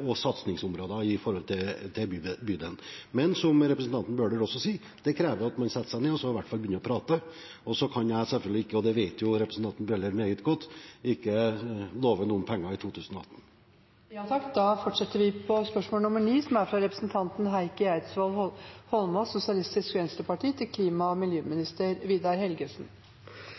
og satsingsområder i bydelen. Men – som representanten Bøhler også sier – det krever at man setter seg ned og i hvert fall begynner å prate. Så kan jeg selvfølgelig ikke – og det vet representanten Bøhler meget godt – love noen penger i 2018. Spørsmål 8 ble behandlet etter spørsmål 5.